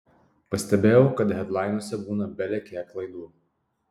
pastebėjau kad hedlainuose būna belekiek klaidų